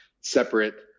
separate